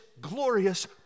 glorious